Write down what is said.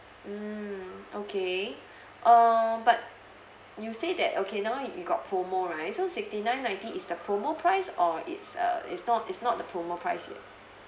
mm okay err but you say that okay now you got promo right so sixty nine ninety is the promo price or it's a it's not it's not the promo price yet